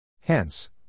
Hence